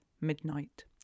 midnight